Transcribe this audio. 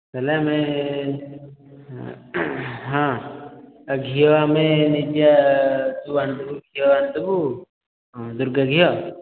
ତା'ହେଲେ ଆମେ ହଁ ଘିଅ ଆମେ ନେଇଯିବା ତୁ ଆଣିଥିବୁ ଘିଅ ଆଣିଥିବୁ ଦୁର୍ଗା ଘିଅ